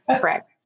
Correct